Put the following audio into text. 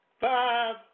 five